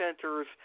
centers